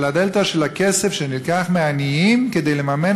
על הדלתא של הכסף שנלקח מעניים כדי לממן